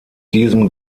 diesem